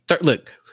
look